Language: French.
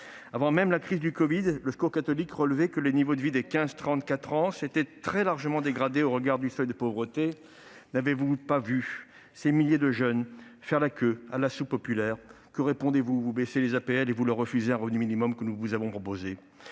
Avant même la crise du covid, le Secours catholique relevait que le niveau de vie des 15-34 ans s'était très largement dégradé au regard du seuil de pauvreté. N'avez-vous pas vu ces milliers de jeunes faire la queue à la soupe populaire ? Que répondez-vous ? Vous baissez les aides personnalisées au logement et vous leur refusez un revenu minimum que nous avons proposé.